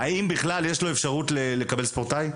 יש לו אפשרות לקבל מעמד ספורטאי?